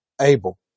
Abel